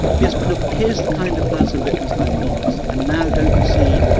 yes, but look, here's the kind of person wittgenstein was, and now, don't you see,